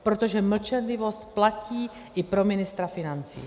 Protože mlčenlivost platí i pro ministra financí.